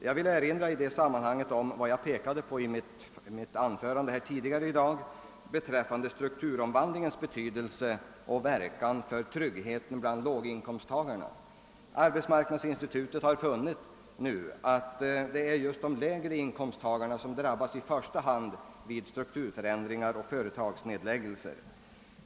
Jag vill i detta sammanhang erinra om vad jag pekade på i mitt tidigare anförande i dag när det gäller strukturomvandlingens betydelse för tryggheten bland låginkomsttagarna. Arbetsmarknadsinstitutet har funnit att det just är de lägre inkomsttagarna som i första hand drabbas vid strukturförändringar och företagsnedläggelser.